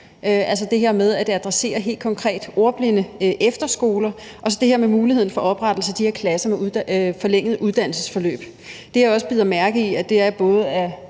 nævner det. Det adresserer helt konkret ordblindeefterskoler og så det her med muligheden for oprettelsen af de her klasser med forlængede uddannelsesforløb. Det, jeg også bider mærke i, er, at både